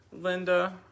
Linda